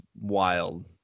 wild